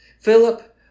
Philip